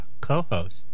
co-host